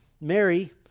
Mary